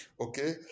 Okay